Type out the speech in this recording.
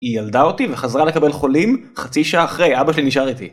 היא ילדה אותי וחזרה לקבל חולים חצי שעה אחרי, אבא שלי נשאר איתי.